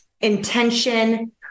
intention